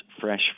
fresh